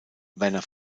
werner